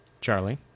Charlie